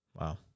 Wow